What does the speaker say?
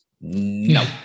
No